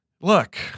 look